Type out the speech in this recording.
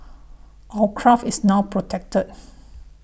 our craft is now protected